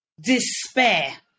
despair